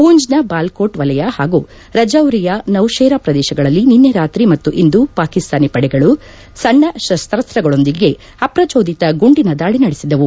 ಪೂಂಜ್ನ ಬಾಲಕೋಟ್ ವಲಯ ಹಾಗೂ ರಜೌರಿಯ ನೌಶೇರಾ ಪ್ರದೇಶಗಳಲ್ಲಿ ನಿನ್ನೆ ರಾತ್ರಿ ಮತ್ತು ಇಂದು ಪಾಕಿಸ್ತಾನಿ ಪಡೆಗಳು ಸಣ್ಣ ಶಸ್ತಾಸ್ತಗಳೊಂದಿಗೆ ಅಪ್ರಜೋದಿತ ಗುಂಡಿನ ದಾಳಿ ನಡೆಸಿದವು